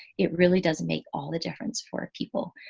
it really does make all the difference for people.